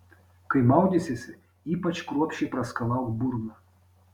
kai maudysiesi ypač kruopščiai praskalauk burną